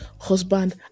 husband